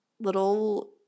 little